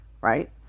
right